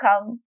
come